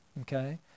Okay